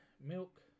milk